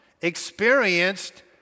experienced